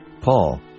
Paul